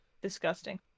Disgusting